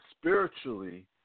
spiritually